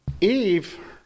Eve